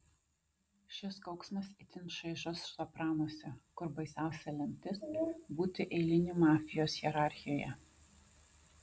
šis kauksmas itin šaižus sopranuose kur baisiausia lemtis būti eiliniu mafijos hierarchijoje